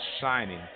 shining